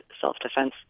self-defense